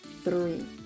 three